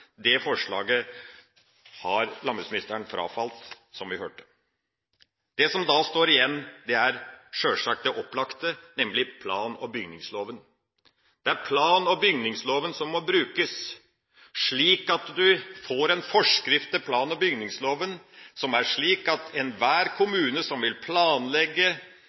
Det forslaget har landbruksministeren frafalt, som vi hørte. Det som da står igjen, er sjølsagt det opplagte, nemlig plan- og bygningsloven. Det er plan- og bygningsloven som må brukes, slik at du får en forskrift til plan- og bygningsloven som er slik at enhver kommune som vil planlegge